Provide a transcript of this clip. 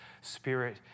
spirit